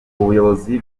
ubuyobozi